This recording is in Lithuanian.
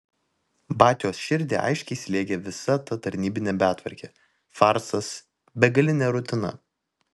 batios širdį aiškiai slėgė visa ta tarnybinė betvarkė farsas begalinė rutina